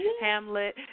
Hamlet